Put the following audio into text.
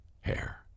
hair